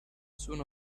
soon